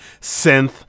synth